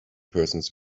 persons